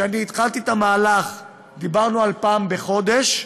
כשאני התחלתי את המהלך דיברנו על פעם בחודש,